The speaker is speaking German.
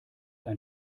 ein